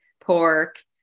pork